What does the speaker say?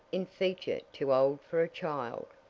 in feature too old for a child.